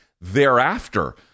thereafter